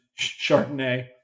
Chardonnay